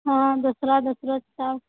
हँ दूसरा दूसरा सब